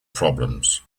problems